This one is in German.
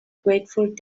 grateful